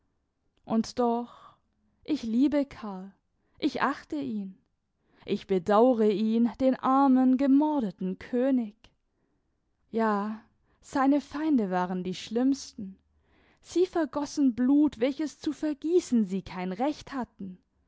und doch ich liebe karl ich achte ihn ich bedauere ihn den armen gemordeten könig ja seine feinde waren die schlimmsten sie vergossen blut welches zu vergießen sie kein recht hatten